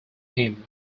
him